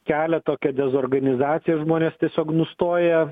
kelia tokią dezorganizaciją ir žmonės tiesiog nustoja